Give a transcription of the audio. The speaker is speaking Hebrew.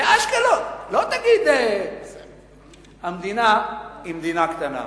זה אשקלון, לא תגיד, המדינה היא מדינה קטנה.